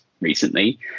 recently